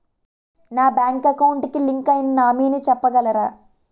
నా bank account కి link అయినా నామినీ చెప్పగలరా?